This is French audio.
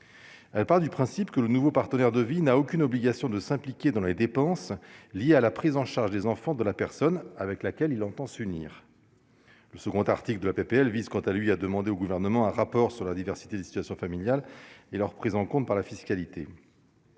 Part du principe que le nouveau partenaire de vie n'a aucune obligation de s'impliquer dans les dépenses liées à la prise en charge des enfants de la personne avec laquelle il entend s'unir le second article de la PPL vise quant à lui, a demandé au gouvernement un rapport sur la diversité des situations familiales et leur prise en compte par la fiscalité,